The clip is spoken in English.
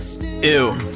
Ew